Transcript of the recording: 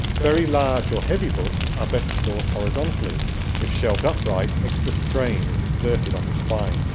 very large or heavy books are best stored horizontally if shelved upright, extra strain is exerted on the spine,